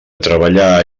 treballar